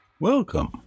Welcome